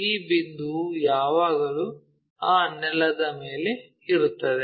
ಈ ಬಿಂದುವು ಯಾವಾಗಲೂ ಆ ನೆಲದ ಮೇಲೆ ಇರುತ್ತದೆ